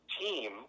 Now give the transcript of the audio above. team